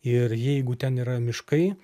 ir jeigu ten yra miškai